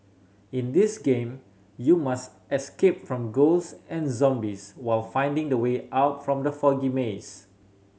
in this game you must escape from ghost and zombies while finding the way out from the foggy maze